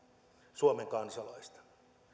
suomen kansalaista